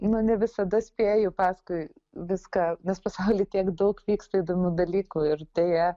nu ne visada spėju paskui viską nes pasauly tiek daug vyksta įdomių dalykų ir deja